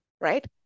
right